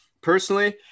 Personally